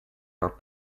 are